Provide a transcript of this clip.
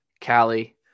Cali